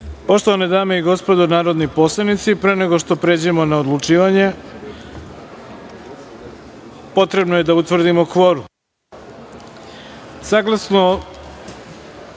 Poštovane dame i gospodo narodni poslanici, pre nego što pređeno na odlučivanje, potrebno je da utvrdimo